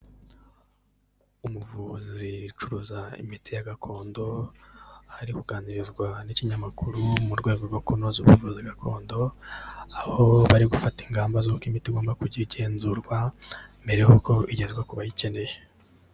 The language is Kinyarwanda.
Umuvuzi ucuruza imiti ya gakondo, aho ari kuganirizwa n'ikinyamakuru, mu rwego rwo kunoza ubuvuzi gakondo, aho bari gufata ingamba z'uko imiti igomba kujya igenzurwa, mbere y'uko igezwa ku bayikeneye.